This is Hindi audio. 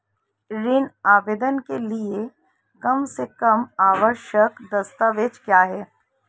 ऋण आवेदन के लिए कम से कम आवश्यक दस्तावेज़ क्या हैं?